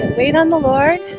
wait on the lord